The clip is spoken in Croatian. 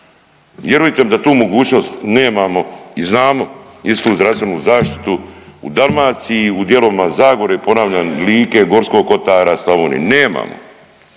vjerujte mi da tu mogućnost nemamo i znamo istu zdravstvenu zaštitu u Dalmaciji, u dijelovima Zagore ponavljam Like, Gorskog kotara, Slavonije nemamo.